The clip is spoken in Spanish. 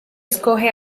escoge